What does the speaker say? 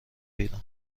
بیرون